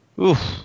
oof